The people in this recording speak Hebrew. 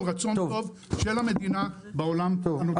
רצון טוב של המדינה בעולם הנוצרי והיהודי.